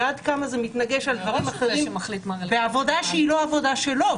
ועד כמה זה מתנגש עם דברים אחרים בעבודה שהיא לא עבודה שלו,